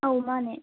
ꯑꯧ ꯃꯥꯅꯦ